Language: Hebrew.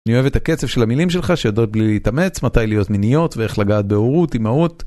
אני אוהב את הקצב של המילים שלך שיודעות בלי להתאמץ, מתי להיות מיניות ואיך לגעת בהורות, אמהות